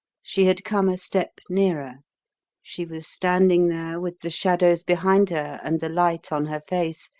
she had come a step nearer she was standing there with the shadows behind her and the light on her face,